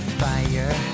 fire